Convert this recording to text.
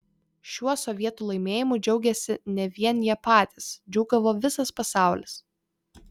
šiuo sovietų laimėjimu džiaugėsi ne vien jie patys džiūgavo visas pasaulis